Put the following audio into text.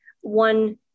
one